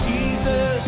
Jesus